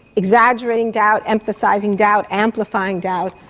exaggerating doubt, emphasising doubt, amplifying doubt,